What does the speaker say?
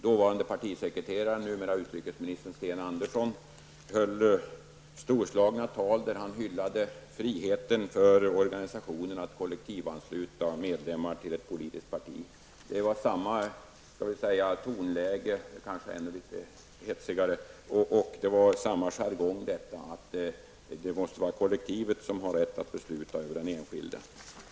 Dåvarande partisekreterare och nuvarande utrikesminister Sten Andersson höll storslagna tal, i vilka han hyllade friheten för organisationer att kollektivansluta medlemmar till ett politiskt parti. I dessa tal förekom samma tonläge -- eller kanske ännu något hetsigare -- och samma jargong som nu hos Stig Gustafsson, men då gällde det att det måste vara kollektivet som har rätt att besluta över den enskilde.